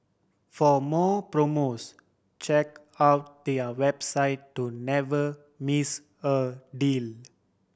for more promos check out their website to never miss a deal